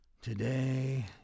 Today